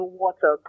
water